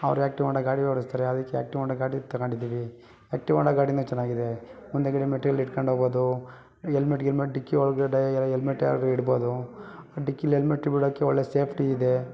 ಅವ್ರು active Honda ಗಾಡಿ ಓಡಿಸ್ತಾರೆ ಅದ್ಕೆ ಆ್ಯಕ್ಟಿವ್ ಹೋಂಡಾ ಗಾಡಿ ತಗೊಂಡಿದ್ದೀವಿ ಆ್ಯಕ್ಟಿವ್ ಹೋಂಡಾ ಗಾಡಿಯೂ ಚೆನ್ನಾಗಿದೆ ಮುಂದುಗಡೆ ಮೆಟಿರಿಯಲ್ ಇಟ್ಕೊಂಡು ಹೋಗ್ಬೋದು ಹೆಲ್ಮೆಟ್ ಗಿಲ್ಮೆಟ್ ಡಿಕ್ಕಿ ಒಳಗಡೆ ಹೆಲ್ಮೆಟ್ ಏನಾದ್ರೂ ಇಡ್ಬೋದು ಡಿಕ್ಕಿಲಿ ಹೆಲ್ಮೆಟ್ ಇಡೋಕೆ ಒಳ್ಳೆ ಸೇಫ್ಟಿ ಇದೆ